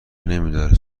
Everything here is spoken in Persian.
نمیداره